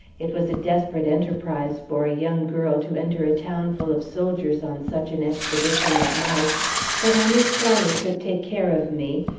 it was a desperate enterprise for a young girl, to enter a town full of soldiers on such an expedition at night but i knew charlie could take care of me,